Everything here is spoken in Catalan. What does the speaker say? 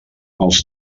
els